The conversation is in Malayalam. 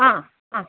അ അ